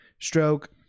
stroke